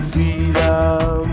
Freedom